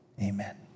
Amen